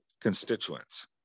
constituents